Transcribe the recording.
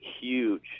huge